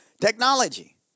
technology